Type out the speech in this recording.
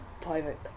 private